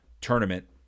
tournament